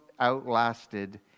outlasted